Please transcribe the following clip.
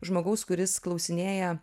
žmogaus kuris klausinėja